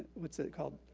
what's that called?